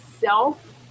self